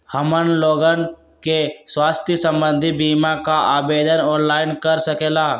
हमन लोगन के स्वास्थ्य संबंधित बिमा का आवेदन ऑनलाइन कर सकेला?